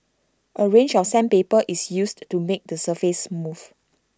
A range of sandpaper is used to make the surface smooth